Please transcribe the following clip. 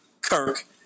Kirk